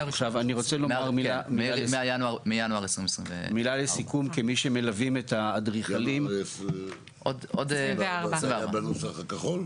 עכשיו אני רוצה לומר מילה לסיכום -- מינואר 2024. - -כמי שמלווים את האדריכלים זה היה בנוסח הכחול?